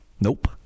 Nope